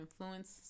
influence